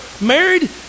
married